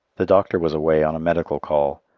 the doctor was away on a medical call,